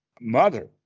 mother